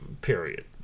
period